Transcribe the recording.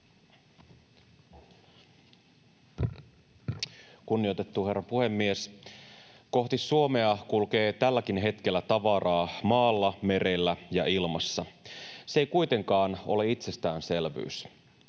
Kunnioitettu herra puhemies! Kohti Suomea kulkee tälläkin hetkellä tavaraa maalla, merellä ja ilmassa. Se ei kuitenkaan ole itsestäänselvyys.